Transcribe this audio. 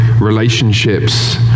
relationships